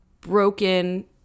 broken